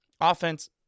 Offense